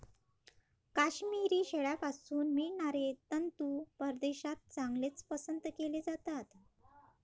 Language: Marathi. काश्मिरी शेळ्यांपासून मिळणारे तंतू परदेशात चांगलेच पसंत केले जातात